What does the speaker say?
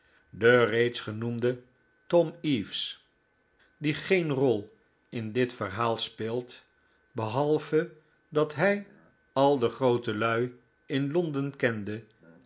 de reeds genoemde tom eaves die geen rol in dit verhaal speelt behalve dat hij al de grootelui in londen kende